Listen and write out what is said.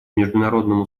международному